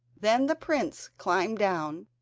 then the prince climbed down,